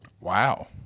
Wow